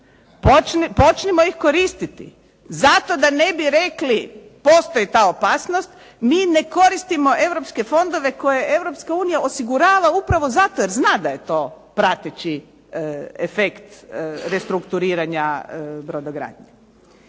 Počnimo ih koristiti zato da ne bi rekli, postoji ta opasnost, mi ne koristimo europske fondove koje je Europska unija osigurava upravo zato jer zna da je to prateći efekt restrukturiranja brodogradnje.